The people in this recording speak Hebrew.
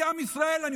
עם ישראל מעניין אותי.